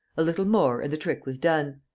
a little more and the trick was done.